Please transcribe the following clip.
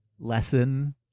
lesson